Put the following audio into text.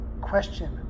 question